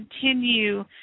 continue